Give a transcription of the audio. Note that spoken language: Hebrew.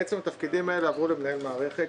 בעצם התפקידים האלה עברו למנהל מערכת,